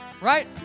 Right